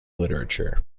literature